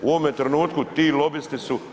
U ovome trenutku ti lobisti su